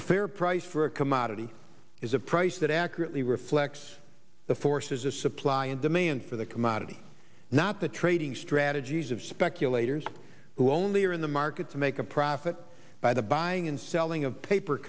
a fair price for a commodity is a price that accurately reflects the forces of supply and demand for the commodity not the trading strategies of speculators who only are in the markets make a profit by the buying and selling of paper